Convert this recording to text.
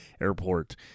airport